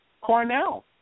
Cornell